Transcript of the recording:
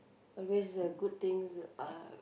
always uh good things uh